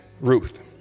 Ruth